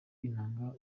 inanga